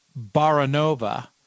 Baranova